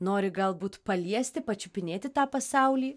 nori galbūt paliesti pačiupinėti tą pasaulį